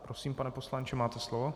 Prosím, pane poslanče, máte slovo.